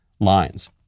lines